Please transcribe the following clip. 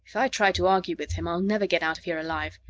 i try to argue with him, i'll never get out of here alive.